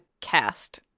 cast